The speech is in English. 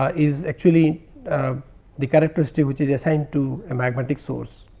ah is actually ah the characteristic which is assigned to a magnetic source.